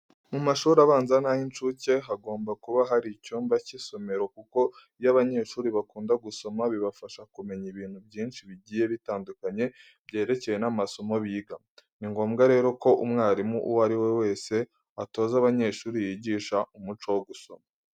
Mu mashuri abanza n'ay'incuke hagomba kuba hari icyumba cy'isomero kuko iyo abanyeshuri bakunda gusoma bibafasha kumenya ibintu byinshi bigiye bitandukanye byerekeranye n'amasomo biga. Ni ngombwa rero ko umwarimu uwo ari we wese atoza abanyeshuri yigisha umuco wo gusoma.